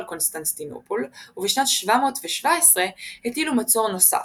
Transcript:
קונסטנטינופול ובשנת 717 הטילו מצור נוסף,